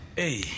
hey